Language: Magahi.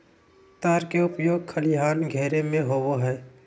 तार के उपयोग खलिहान के घेरे में होबो हइ